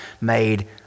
made